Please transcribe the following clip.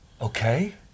Okay